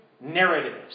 narratives